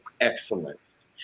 excellence